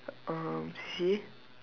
um C_C_A